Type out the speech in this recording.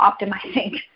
optimizing